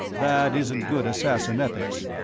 that isn't good assassin ethics.